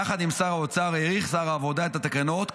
יחד עם שר האוצר האריך שר העבודה את התקנות,